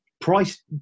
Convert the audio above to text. Price